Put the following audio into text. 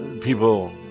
people